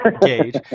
gauge